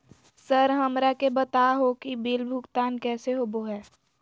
Sir हमरा के बता हो कि बिल भुगतान कैसे होबो है?